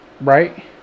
right